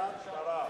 הצעת פשרה.